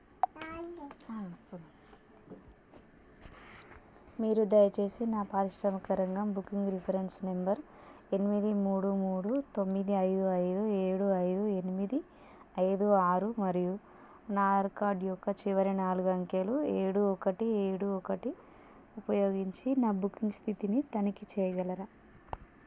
మీరు దయచేసి నా పారిశ్రామిక రంగం బుకింగ్ రిఫరెన్స్ నెంబర్ ఎనిమిది మూడు మూడు తొమ్మిది ఐదు ఐదు ఏడు ఐదు ఎనిమిది ఐదు ఆరు మరియు నా ఆధార్ కార్డ్ యొక్క చివరి నాలుగు అంకెలు ఏడు ఒకటి ఏడు ఒకటి ఉపయోగించి నా బుకింగ్ స్థితిని తనిఖీ చెయ్యగలరా